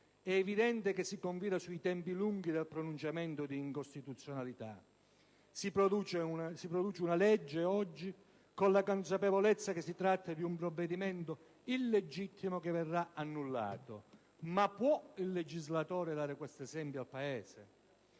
È evidente che si confida sui tempi lunghi del pronunciamento di incostituzionalità. Si produce una legge con la consapevolezza che si tratta di un provvedimento illegittimo che verrà annullato. Ma può il legislatore dare questo esempio al Paese?